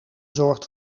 zorgt